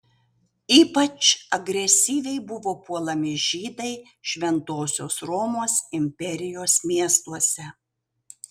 ypač agresyviai buvo puolami žydai šventosios romos imperijos miestuose